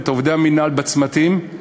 את עובדי המינהל בצמתים,